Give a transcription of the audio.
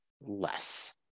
less